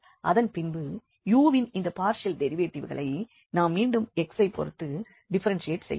அதன்பின்பு u வின் இந்த பார்ஷியல் டெரிவேட்டிவ்களை நாம் மீண்டும் x ஐப் பொறுத்து டிஃப்பெரென்ஷியெட் செய்யலாம்